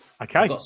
Okay